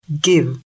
give